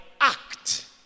act